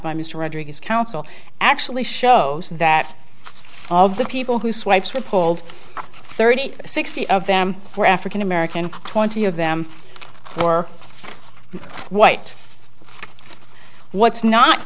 by mr rodriguez counsel actually shows that all of the people who swipes were pulled thirty sixty of them were african american twenty of them were white what's not